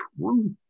truth